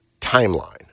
timeline